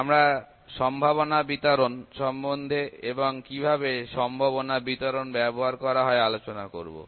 এবং আমরা সম্ভাবনা বিতরণ সম্বন্ধে এবং কিভাবে সম্ভবনা বিতরণ ব্যবহার করা হয় আলোচনা করব